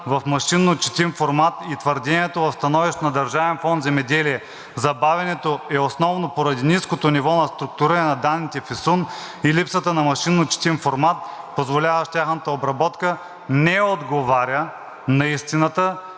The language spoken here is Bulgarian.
в машинночетим формат. И твърдението в становището на Държавен фонд „Земеделие“, че забавянето е основно поради ниското ниво на структуриране на данните в ИСУН и липсата на машинночетим формат, позволяващ тяхната обработка, не отговаря на истината